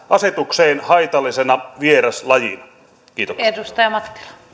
asetukseen haitallisena vieraslajina kiitoksia arvoisa rouva